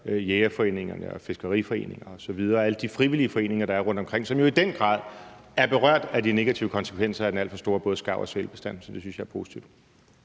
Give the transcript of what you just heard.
jægerforeningerne, fiskeriforeningerne osv., altså alle de frivillige foreninger, der er rundtomkring, som jo i den grad er berørt af de negative konsekvenser af den alt for store bestand af både skarv og sæler. Så det synes jeg er positivt.